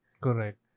Correct